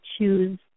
choose